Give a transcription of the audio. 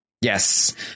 Yes